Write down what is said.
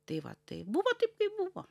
tai va tai buvo taip kaip buvo